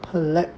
很 lag